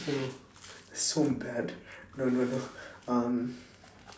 no so bad no no no um